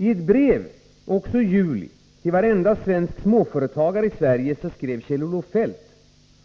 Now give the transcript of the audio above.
I ett brev, också i juli, till varenda småföretagare i Sverige skrev Kjell-Olof Feldt